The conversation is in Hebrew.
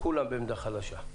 כולם בעמדה חלשה,